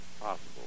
possible